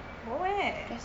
go where